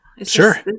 Sure